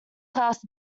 class